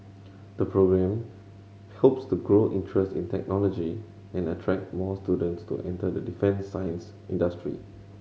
the programme hopes to grow interest in technology and attract more students to enter the defence science industry